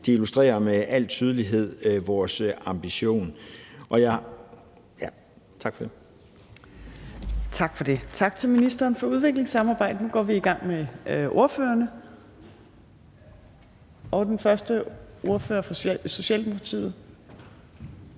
næstformand (Trine Torp): Tak for det. Tak til ministeren for udviklingssamarbejde. Nu går vi i gang med ordførerrunden, og den første ordfører er fra Socialdemokratiet.